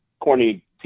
corny